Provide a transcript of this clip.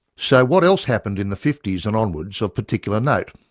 so what else happened in the fifty s and onwards of particular note?